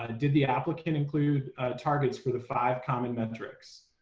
but did the applicant include targets for the five common metrics?